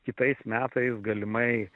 kitais metais galimai